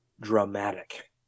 dramatic